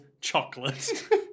chocolate